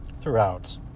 throughout